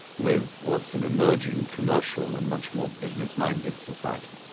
with what's an emerging commercial and much more business-minded society.